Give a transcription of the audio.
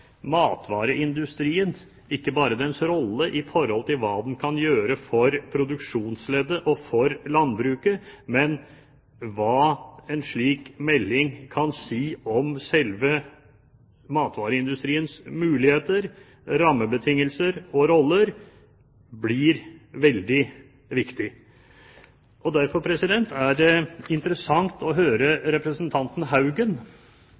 matvareindustrien, ikke bare dens rolle i forhold til hva den kan gjøre for produksjonsleddet og for landbruket, men hva en slik melding kan si om selve matvareindustriens muligheter, rammebetingelser og roller, blir veldig viktig. Derfor er det interessant å